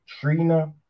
Trina